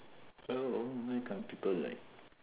ya lor why can't people like